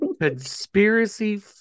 conspiracy